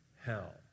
Hell